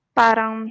parang